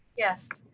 yes.